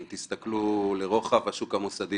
אם תסתכלו לרוחב השוק המוסדי,